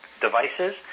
devices